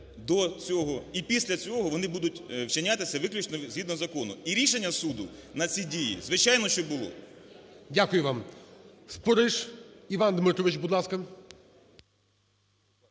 і після цього, вони будуть вчинятися виключно згідно закону. І рішення суду на ці дії, звичайно, що було. ГОЛОВУЮЧИЙ.